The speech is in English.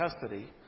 custody